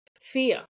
fear